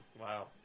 Wow